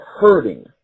hurting